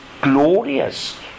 glorious